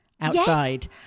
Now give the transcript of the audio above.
outside